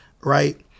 right